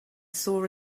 saw